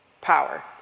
Power